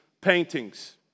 paintings